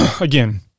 again